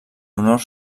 honor